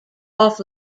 off